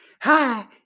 Hi